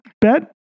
bet